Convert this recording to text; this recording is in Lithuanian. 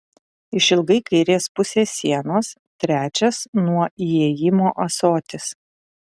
išilgai kairės pusės sienos trečias nuo įėjimo ąsotis